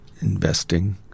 investing